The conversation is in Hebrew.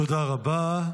תודה רבה.